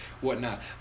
whatnot